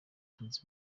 batunze